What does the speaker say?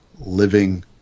living